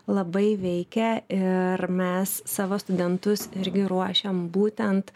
labai veikia ir mes savo studentus irgi ruošiam būtent